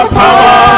power